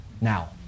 now